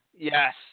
Yes